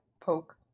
poke